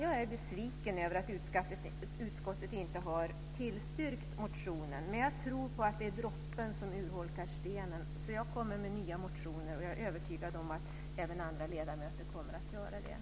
Jag är besviken över att utskottet inte har tillstyrkt motionen. Men jag tror på att det är droppen som urholkar stenen, så jag kommer att väcka nya motioner. Och jag är övertygad om att även andra ledamöter kommer att göra det.